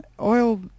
oil